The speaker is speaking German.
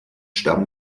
sterben